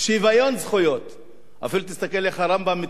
אפילו תסתכל איך הרמב"ם מתלבש, כמו שיח' מוסלמי.